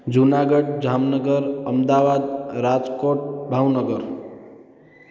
Junagadh Jamnagar Ahmedabad Rajkot Bhavnagar